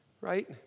right